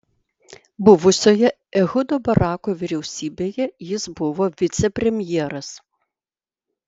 buvusioje ehudo barako vyriausybėje jis buvo vicepremjeras